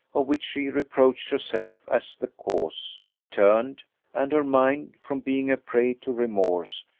of which she reproached herself as the cause, returned and her mind, from being a prey to remorse,